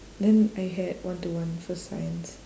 then I had one to one for science